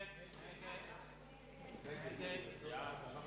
הצעת הסיכום שהביא חבר